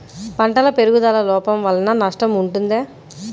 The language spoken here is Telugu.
పంటల పెరుగుదల లోపం వలన నష్టము ఉంటుందా?